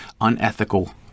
unethical